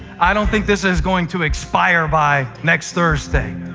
i don't think this is going to expire by next thursday.